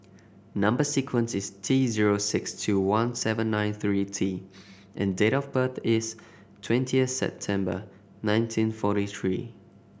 number sequence is T zero six two one seven nine three T and date of birth is twentieth September nineteen forty three